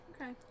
Okay